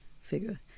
figure